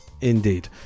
Indeed